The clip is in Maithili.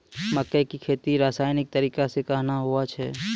मक्के की खेती रसायनिक तरीका से कहना हुआ छ?